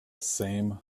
same